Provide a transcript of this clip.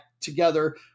together